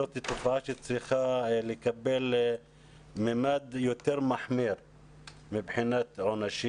זאת תופעה שצריכה לקבל ממד יותר מחמיר מבחינת עונשים.